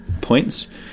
points